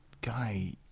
guy